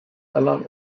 alam